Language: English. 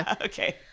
Okay